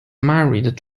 married